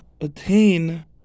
attain